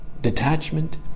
detachment